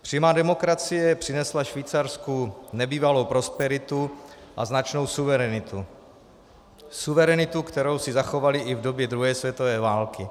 Přímá demokracie přinesla Švýcarsku nebývalou prosperitu a značnou suverenitu, suverenitu, kterou si zachovali i v době druhé světové války.